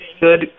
good